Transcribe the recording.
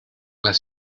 las